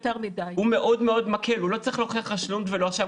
הוא לא צריך להוכיח לא רשלנות ולא אשם.